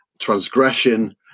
Transgression